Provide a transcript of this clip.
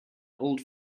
old